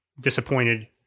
disappointed